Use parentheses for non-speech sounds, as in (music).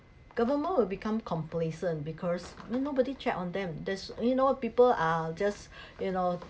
government will become complacent because no nobody checks on them there's you know people are just (breath) you know